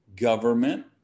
government